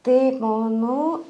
taip manau